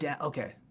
okay